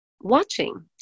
watching